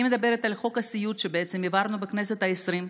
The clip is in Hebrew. אני מדברת על חוק הסיעוד שהעברנו בכנסת העשרים,